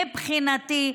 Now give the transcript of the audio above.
מבחינתי,